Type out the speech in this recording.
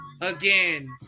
Again